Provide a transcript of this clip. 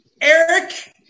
Eric